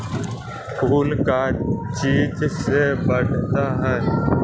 फूल का चीज से बढ़ता है?